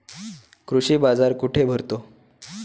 कृषी बाजार कुठे भरतो?